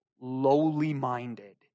lowly-minded